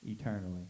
eternally